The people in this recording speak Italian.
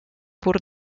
pur